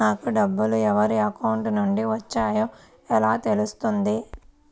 నాకు డబ్బులు ఎవరి అకౌంట్ నుండి వచ్చాయో ఎలా తెలుస్తుంది?